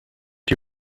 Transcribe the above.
die